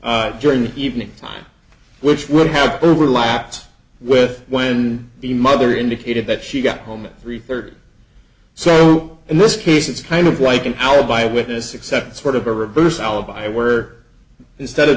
d during the evening time which would have overlapped with when the mother indicated that she got home at three thirty so in this case it's kind of like an alibi witnesses said sort of a reverse alibi were instead of